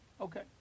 Okay